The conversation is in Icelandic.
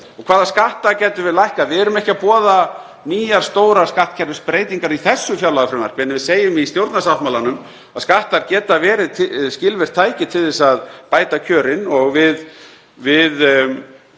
Hvaða skatta gætum við lækkað? Við erum ekki að boða nýjar stórar skattkerfisbreytingar í þessu fjárlagafrumvarpi en við segjum í stjórnarsáttmálanum að skattar geti verið skilvirkt tæki til að bæta kjörin og við